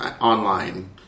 online